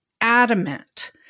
adamant